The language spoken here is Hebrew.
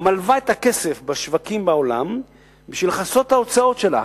לווה את הכסף בשווקים בעולם בשביל לכסות את ההוצאות שלה.